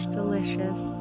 delicious